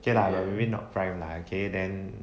okay lah maybe not prime lah okay then